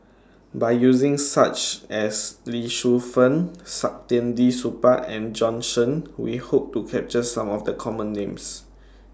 By using such as Lee Shu Fen Saktiandi Supaat and Bjorn Shen We Hope to capture Some of The Common Names